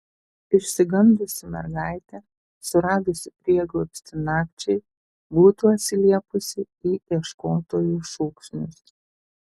išsigandusi mergaitė suradusi prieglobstį nakčiai būtų atsiliepusi į ieškotojų šūksnius